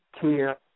care